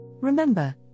Remember